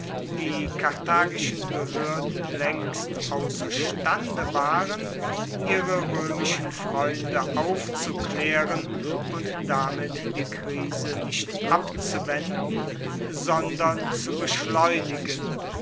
die karthagischen behoerden laengst ausserstande waren ihre roemischen freunde aufzuklaeren und damit die krise nicht abzuwenden sondern zu beschleunigen